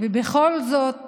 ובכל זאת